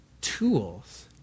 tools